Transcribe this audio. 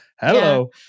Hello